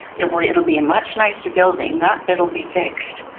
it will it will be a much nicer building, that bit will be fixed,